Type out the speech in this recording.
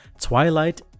Twilight